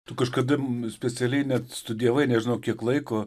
tu kažkada specialiai net studijavai nežinau kiek laiko